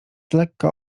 lekka